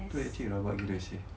itu actually rabak gila seh